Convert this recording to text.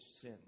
sin